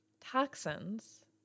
toxins